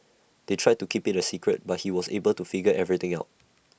they tried to keep IT A secret but he was able to figure everything out